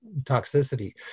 toxicity